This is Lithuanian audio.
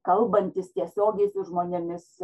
kalbantis tiesiogiai su žmonėmis